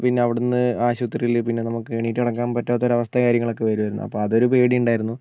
പിന്നവിടന്ന് ആശുപത്രിയിൽ പിന്നെ നമുക്ക് എണീറ്റ് നടക്കാൻ പറ്റാത്തൊരവസ്ഥ കാര്യങ്ങളൊക്കെ വരുമായിരുന്നു അപ്പോൾ അതൊരു പേടിയുണ്ടായിരുന്നു